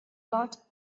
lot